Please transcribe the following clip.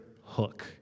hook